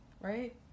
right